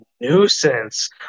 nuisance